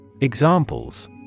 Examples